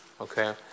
Okay